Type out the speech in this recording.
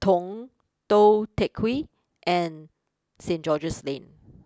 Tong Tou Teck Hwee and Saint George's Lane